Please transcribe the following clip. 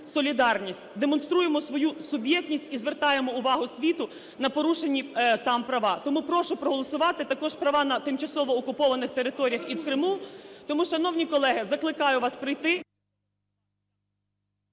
демонструємо свою суб'єктність і звертаємо увагу світу на порушені там права. Тому прошу проголосувати також права на тимчасово окупованих територіях і в Криму. Тому, шановні колеги, закликаю вас прийти…